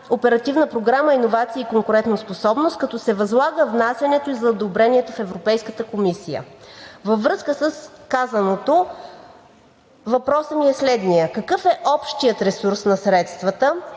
Оперативна програма „Иновации и конкурентоспособност“, като се възлага внасянето и за одобрението в Европейската комисия. Във връзка с казаното въпросът ми е следният: какъв е общият ресурс на средствата,